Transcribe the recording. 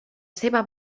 seva